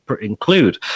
include